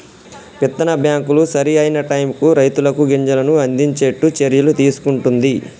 విత్తన బ్యాంకులు సరి అయిన టైముకు రైతులకు గింజలను అందిచేట్టు చర్యలు తీసుకుంటున్ది